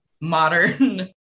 modern